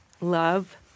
Love